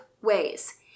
ways